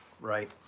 right